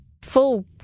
full